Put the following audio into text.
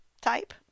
type